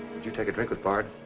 you take a drink with bard?